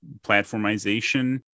platformization